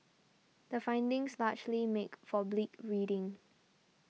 the findings largely make for bleak reading